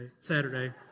Saturday